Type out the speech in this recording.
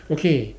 okay